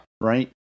Right